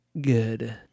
good